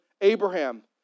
Abraham